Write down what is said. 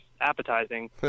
appetizing